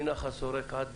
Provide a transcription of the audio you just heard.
מנחל שורק עד